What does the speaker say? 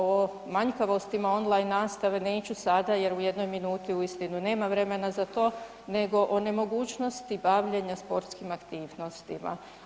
O manjkavosti online nastave neću sada jer u jednoj minuti uistinu nema vremena za to nego o nemogućnosti bavljenja sportskim aktivnostima.